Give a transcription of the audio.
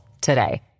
today